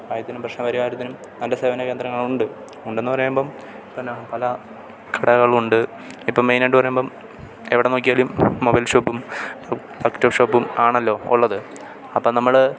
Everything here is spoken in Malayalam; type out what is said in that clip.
അവർക്കൊന്നും പ്രശ്ന പരിഹാരത്തിനും നല്ല സേവന കേന്ദ്രങ്ങളുണ്ട് ഉണ്ടെന്നു പറയുമ്പം പിന്നെ പല കടകളുണ്ട് ഇപ്പം മെയിനായിട്ട് പറയുമ്പം എവിടെ നോക്കിയാലും മൊബൈൽ ഷോപ്പും ലക്റ്റോ ഷോപ്പും ആണല്ലോ ഉള്ളത് അപ്പം നമ്മൾ